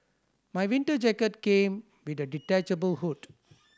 my winter jacket came with a detachable hood